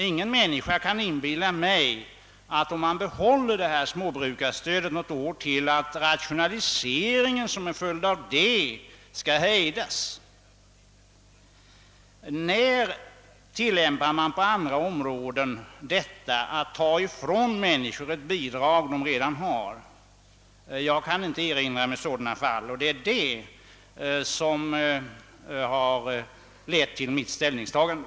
Ingen kan inbilla mig att rationaliseringen skulle hejdas om småbrukarstödet behölls under något år. När tillämpar man på andra områden denna ordning att ta ifrån människor ett bidrag som de redan har? Jag kan inte erinra mig sådana fall, och det är detta som lett till mitt ställningstagande.